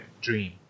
dream